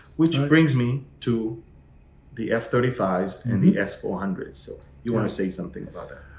which brings me to the f thirty five and the s four hundred. so you want to say something. but